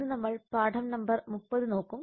ഇന്ന് നമ്മൾ പാഠം നമ്പർ 29 നോക്കും